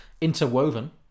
interwoven